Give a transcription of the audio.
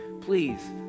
Please